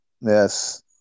Yes